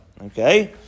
Okay